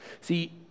See